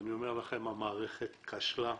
המערכת כשלה,